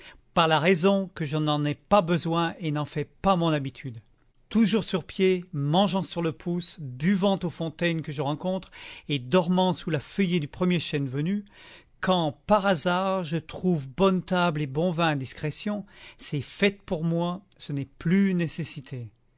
par la raison que je n'en ai pas besoin et n'en fais pas mon habitude toujours sur pied mangeant sur le pouce buvant aux fontaines que je rencontre et dormant sous la feuillée du premier chêne venu quand par hasard je trouve bonne table et bon vin à discrétion c'est fête pour moi ce n'est plus nécessité